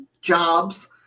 jobs